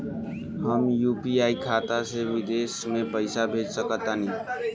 हम यू.पी.आई खाता से विदेश म पइसा भेज सक तानि?